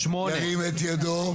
ירים את ידו.